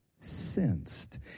sensed